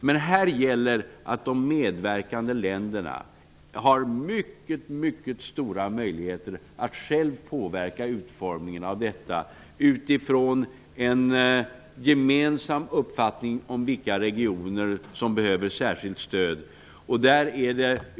Men här gäller att de medverkande länderna har mycket stora möjligheter att själva påverka fördelningen utifrån en gemensam uppfattning om vilka regioner som behöver särskilt stöd.